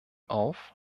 auf